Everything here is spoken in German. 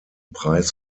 preis